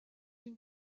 une